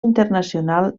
internacional